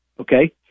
Okay